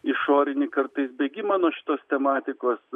išorinį kartais bėgimą nuo šitos tematikos